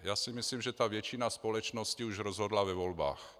Já si myslím, že většina společnosti už rozhodla ve volbách.